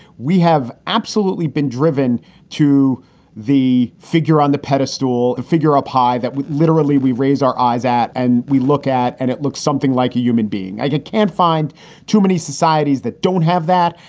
we have absolutely been driven to the figure on the pedestal figure a pie that literally we raise our eyes at and we look at and it looks something like a human being i can't find too many societies that don't have that.